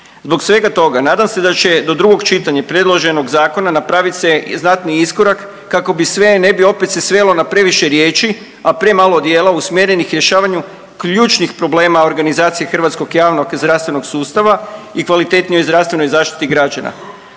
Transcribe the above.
Zbog svega toga nadam se da će do drugog čitanja predloženog zakona napravit se i znatni iskorak kako bi sve, ne bi opet se svelo na previše riječi, a premalo djela usmjerenih rješavanju ključnih problema organizacije hrvatskog javnog zdravstvenog sustava i kvalitetnijoj zdravstvenoj zaštiti građana.